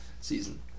season